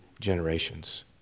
generations